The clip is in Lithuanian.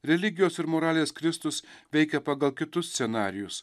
religijos ir moralės kristus veikė pagal kitus scenarijus